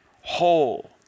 whole